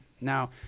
Now